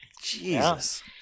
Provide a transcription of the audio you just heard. Jesus